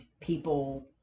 people